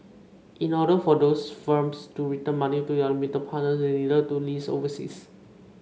in order for those firms to return money to their limited partners they needed to list overseas